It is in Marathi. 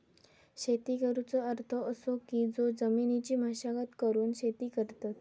शेती करुचो अर्थ असो की जो जमिनीची मशागत करून शेती करतत